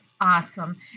Awesome